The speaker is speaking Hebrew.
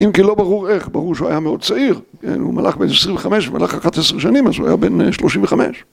אם כי לא ברור איך, ברור שהוא היה מאוד צעיר, הוא מלך בן 25, הוא מלך 11 שנים אז הוא היה בן 35.